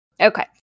Okay